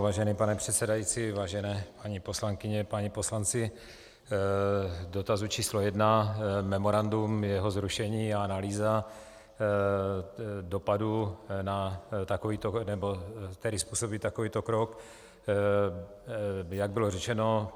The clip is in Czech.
Vážený pane předsedající, vážené paní poslankyně, páni poslanci, k dotazu číslo jedna memorandum, jeho zrušení a analýza dopadu, který způsobí takovýto krok, jak bylo řečeno.